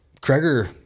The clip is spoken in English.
Kreger